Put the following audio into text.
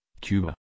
Cuba